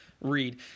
read